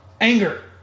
anger